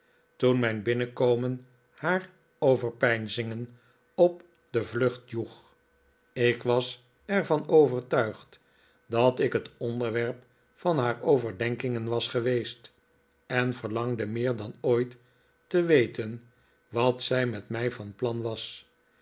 toen mijn binnenkomen haar overpeinzingen op de vlucht joeg ik was er van overtuigd dat ik het onderwerp van haar overdenkingeri was geweest en verlangde meer dan ooit te weten wat zij met mij van plan was